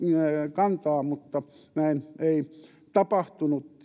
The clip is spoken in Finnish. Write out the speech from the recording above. kantaa mutta näin ei tapahtunut